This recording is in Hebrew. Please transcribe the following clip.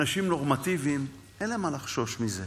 אנשים נורמטיביים, אין להם מה לחשוש מזה.